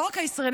לא רק הישראלים,